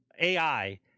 AI